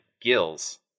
gills